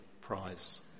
prize